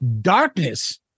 Darkness